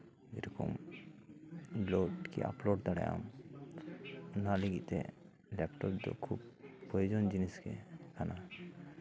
ᱮᱭᱨᱚᱠᱚᱢ ᱵᱚᱞᱠ ᱜᱮᱢ ᱟᱯᱞᱚᱰ ᱫᱟᱲᱮᱭᱟᱜ ᱟᱢ ᱚᱱᱟ ᱞᱟᱹᱜᱤᱫ ᱛᱮ ᱞᱮᱯᱴᱚᱯ ᱫᱚ ᱠᱷᱩᱵ ᱯᱨᱳᱭᱳᱡᱚᱱ ᱡᱤᱱᱤᱥ ᱜᱮ ᱠᱟᱱᱟ